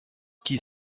qui